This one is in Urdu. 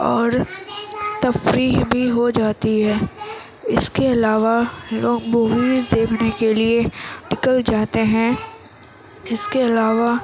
اور تفریح بھی ہوجاتی ہے اس کے علاوہ لوگ موویز دیکھنے کے لیے نکل جاتے ہیں اس کے علاوہ